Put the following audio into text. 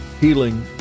Healing